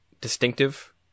distinctive